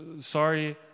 Sorry